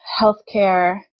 healthcare